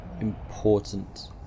important